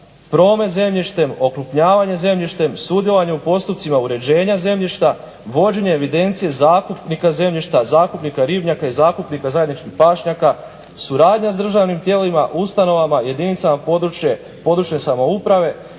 promet zemljištem, okrupnjavanje zemljištem, sudjelovanje u postupcima uređenja zemljišta, vođenje evidencije zakupnika zemljišta, zakupnika ribnjaka i zakupnika zajedničkih pašnjaka, suradnja s državnim tijelima, ustanovama, jedinicama područne samouprave,